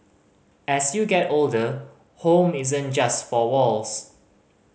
as you get older home isn't just four walls